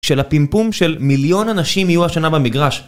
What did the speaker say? של הפימפום של מיליון אנשים יהיו השנה במגרש.